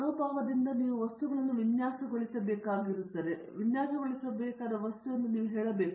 ಮನೋಭಾವದಿಂದ ನೀವು ವಸ್ತುಗಳನ್ನು ವಿನ್ಯಾಸಗೊಳಿಸಬೇಕಾದದ್ದು ಅಥವಾ ವಿನ್ಯಾಸಗೊಳಿಸಬೇಕಾದ ವಸ್ತು ಎಂದು ನೀವು ಹೇಳಬೇಕಾಗಿದೆ